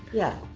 yeah.